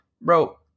Bro